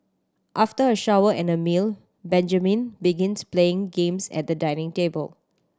after a shower and a meal Benjamin begins playing games at the dining table